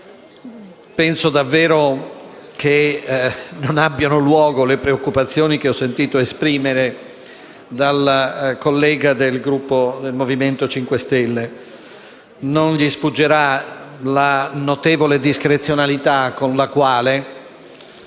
Penso davvero che non abbiano luogo le preoccupazioni che ho sentito esprimere dalla collega del Gruppo Misto. Non sfuggirà la notevole discrezionalità con la quale